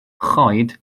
choed